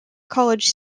college